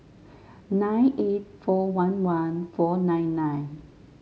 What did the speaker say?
nine eight four one one four nine nine